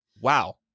Wow